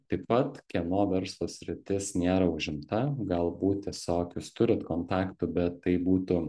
taip pat kieno verslo sritis nėra užimta galbūt tiesiog jūs turit kontaktų bet tai būtų